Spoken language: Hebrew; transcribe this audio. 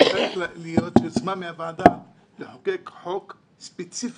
אני חושב שצריכה להיות יוזמה מהוועדה לחוקק חוק ספציפי